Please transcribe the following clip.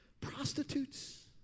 Prostitutes